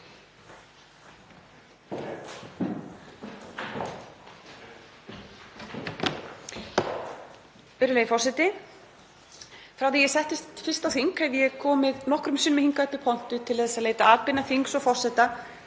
Virðulegi forseti. Frá því ég settist fyrst á þing hef ég komið nokkrum sinnum hingað upp í pontu til að leita atbeina þings og forseta